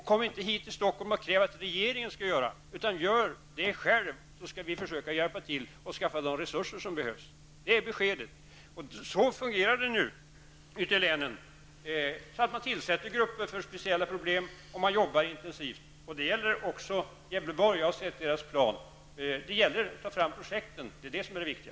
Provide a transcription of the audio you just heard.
Kom inte hit till Stockholm och kräv att regeringen skall göra detta, utan gör detta själva, så skall vi försöka hjälpa till att skaffa fram de resurser som behövs. Det är beskedet. Så fungerar det nu ute i länen. Man tillsätter grupper för speciella problem, och man jobbar intensivt. Det gäller också Gävleborg. Jag har sett Gävleborgs plan. Det gäller att ta fram projekten. Det är det som är det viktiga.